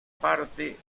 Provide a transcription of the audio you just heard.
parte